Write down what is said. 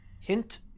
Hint